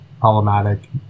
problematic